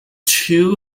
two